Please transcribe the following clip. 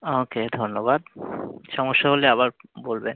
ওকে ধন্যবাদ সমস্যা হলে আবার বলবেন